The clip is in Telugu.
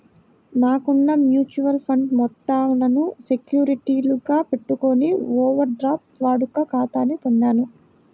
నాకున్న మ్యూచువల్ ఫండ్స్ మొత్తాలను సెక్యూరిటీలుగా పెట్టుకొని ఓవర్ డ్రాఫ్ట్ వాడుక ఖాతాని పొందాను